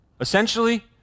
Essentially